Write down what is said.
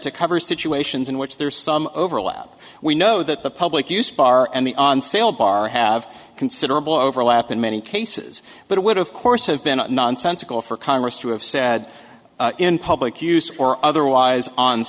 to cover situations in which there is some overlap we know that the public use bar and the on sale bar have considerable overlap in many cases but it would of course have been nonsensical for congress to have said in public use or otherwise on